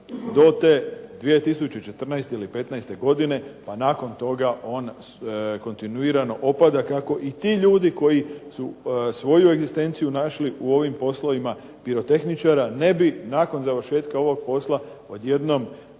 do te 2014. ili 15 godine pa nakon toga on kontinuirano opada, kako i ti ljudi koji su svoju egzistenciju našli u ovim poslovima pirotehničara, ne bi nakon završetka ovog posla odjednom